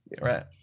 Right